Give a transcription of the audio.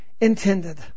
intended